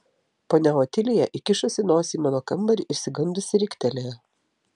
ponia otilija įkišusi nosį į mano kambarį išsigandusi riktelėjo